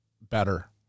better